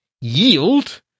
yield